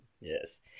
Yes